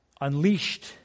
unleashed